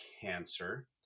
cancer